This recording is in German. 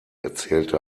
erzählte